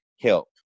help